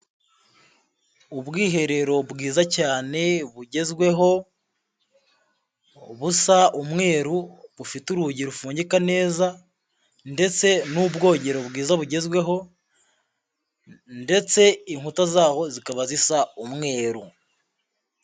Ubwiherero bwiza cyane bugezweho, busa umweru, bufite urugi rufugika neza ndetse n'ubwogero bwiza bugezweho ndetse inkuta zaho zikaba zisa umweru.